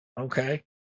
okay